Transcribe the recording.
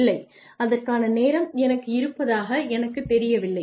இல்லை அதற்கான நேரம் எனக்கு இருப்பதாக எனக்குத் தெரியவில்லை